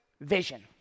vision